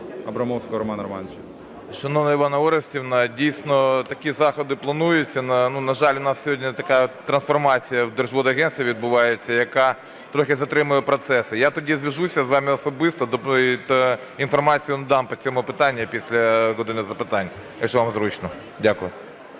Абрамовського Романа Романовича. 10:49:53 АБРАМОВСЬКИЙ Р.Р. Шановна Іванна Орестівна, дійсно, такі заходи плануються. На жаль, в нас сьогодні така трансформація в Держводагентстві відбувається, яка трохи затримує процеси. Я тоді зв’яжуся з вами особисто, інформацію надам по цьому питанню після години запитань. Якщо вам зручно. Дякую.